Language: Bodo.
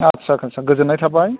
आच्चा आच्चा गोजोन्नाय थाबाय